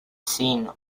seen